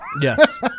Yes